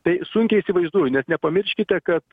tai sunkiai įsivaizduoju nes nepamirškite kad